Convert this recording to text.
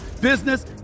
business